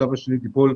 השלב השני יכלול: